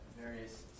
various